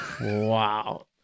Wow